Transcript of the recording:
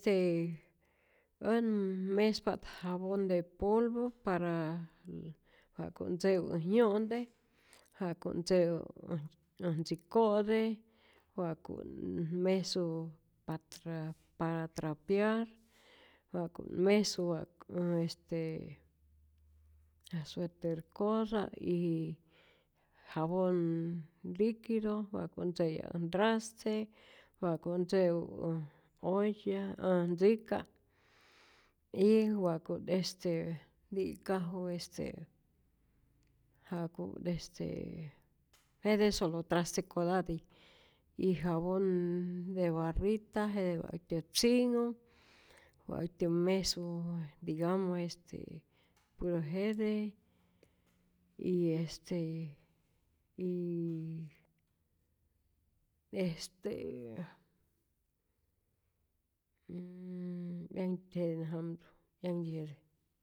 Este än mespa't jabon de polvo para ja'kut ntze'u äj yo'nte, ja'ku't ntze'u äj ntziko'te, wa'ku't mesu pa tra para trapear, wa'ku't mesu wa'ku ä este je suerte kota y jabon liquido wa'ku't ntze'yaj än ntraste, wa'ku't ntze'u äj olla, äj ntzika', y wa'ku't este nti'kaju, este ja'ku't este jete solo trastekotati, y jabon de barrita jete wa'tyät tzinhu, wa'ktyä mesu ä digamos este yä jete y este y estee mmm, yanhtyit jete nä jamtzäjku, 'yanhtyi jete.